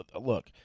look